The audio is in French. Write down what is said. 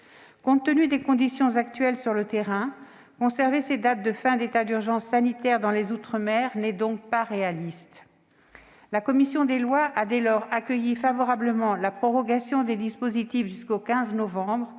Compte tenu des conditions actuelles sur le terrain, conserver ces dates de fin d'état d'urgence sanitaire dans les outre-mer n'était pas réaliste. La commission des lois a dès lors accueilli favorablement la prorogation de ces dispositifs jusqu'au 15 novembre,